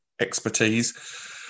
expertise